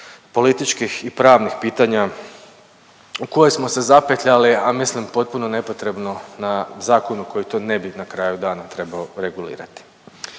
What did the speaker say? političkih i pravnih pitanja u koje smo se zapetljali, a mislim potpuno nepotrebno na zakonu koji to ne bi na kraju dana trebao regulirati.